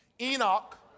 Enoch